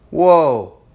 Whoa